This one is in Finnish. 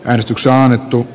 äänestyksen alettu